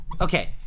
Okay